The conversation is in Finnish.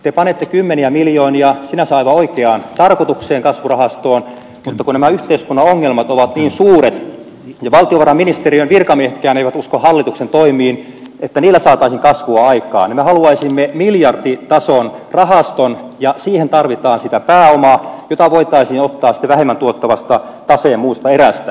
te panette kymmeniä miljoonia sinänsä aivan oikeaan tarkoitukseen kasvurahastoon mutta kun nämä yhteiskunnan ongelmat ovat niin suuret ja valtiovarainministeriön virkamiehetkään eivät usko hallituksen toimiin että niillä saataisiin kasvua aikaan niin me haluaisimme miljarditason rahaston ja siihen tarvitaan sitä pääomaa jota voitaisiin ottaa sitten vähemmän tuottavista tase ja muista eristä